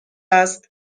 است